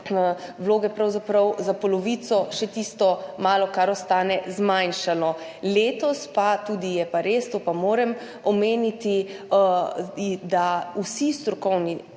vloge pravzaprav za polovico, še tisto malo, kar ostane, zmanjšale. Letos je pa tudi res, to pa moram omeniti, da so vsi strokovni